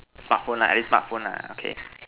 smartphone lah at least smartphone lah okay